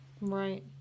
Right